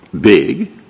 big